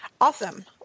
Awesome